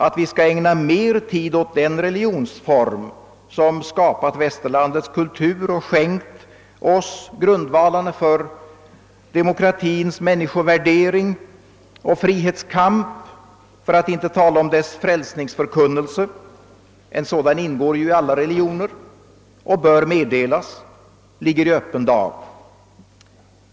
Att vi bör ägna mer tid åt den religionsform som skapat västerlandets kultur och skänkt oss grundvalarna för demokratins grund värdering och frihetskamp för att inte tala om dess frälsningsförkunnelse — en sådan ingår i alla religioner och bör också meddelas — ligger i öppen dag.